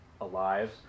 alive